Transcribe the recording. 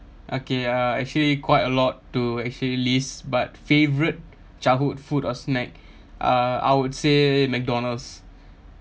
okay uh actually quite a lot to actually list but favourite childhood food or snack uh I would say McDonald's